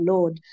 Lord